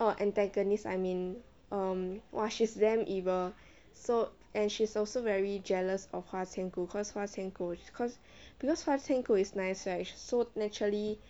oh antagonist I mean um she's damn evil so and she's also very jealous of 花千骨 cause 花千骨 is nice right so naturally